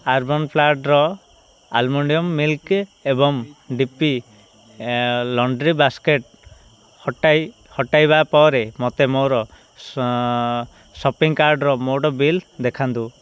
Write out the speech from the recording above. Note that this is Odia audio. ଅରବାନ୍ ପ୍ଲାଟର ଆଲମଣ୍ଡ୍ ମିଲକ୍ ଏବଂ ଡି ପି ଲଣ୍ଡ୍ରି ବାସ୍କେଟ୍କୁ ହଟାଇ ହଟାଇବା ପରେ ମୋତେ ମୋର ସପିଂ କାର୍ଟ୍ର ମୋଟ ବିଲ୍ ଦେଖାନ୍ତୁ